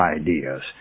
ideas